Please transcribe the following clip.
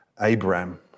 Abraham